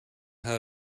how